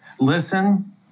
listen